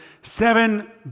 seven